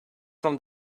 from